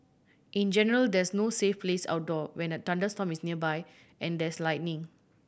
in general there is no safe place outdoor when a thunderstorm is nearby and there is lightning